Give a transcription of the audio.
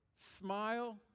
smile